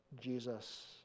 Jesus